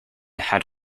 had